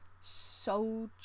soldier